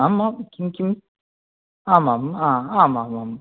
आम् आम् किं किं आम् आम् आम् आम् आम्